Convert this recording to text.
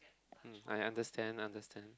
um I understand understand